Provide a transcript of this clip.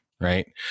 right